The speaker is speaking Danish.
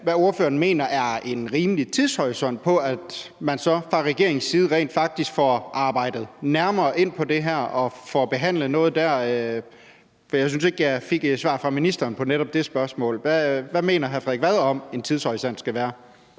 hvad han mener er en rimelig tidshorisont for, at man så fra regeringens side rent faktisk får arbejdet sig nærmere ind i det her og får behandlet noget der? For jeg synes ikke, jeg fik noget svar fra ministeren på netop det spørgsmål. Hvad mener hr. Frederik Vad en tidshorisont skal være?